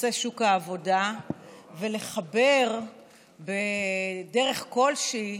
בנושא שוק העבודה ולחבר בדרך כלשהי